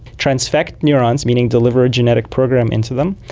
transfect neurons, meaning deliver a genetic program into them.